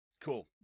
Cool